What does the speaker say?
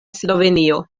slovenio